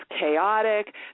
chaotic